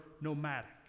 nomadic